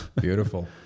Beautiful